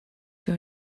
your